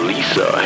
Lisa